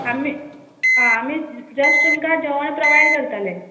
आमी आमी जस्ट तुमकां जेवण प्रोवायड करतले